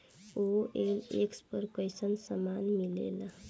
OLX पर कइसन सामान मीलेला?